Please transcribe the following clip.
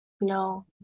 No